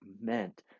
meant